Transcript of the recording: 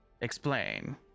Explain